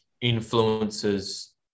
influences